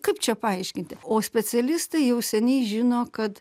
kaip čia paaiškinti o specialistai jau seniai žino kad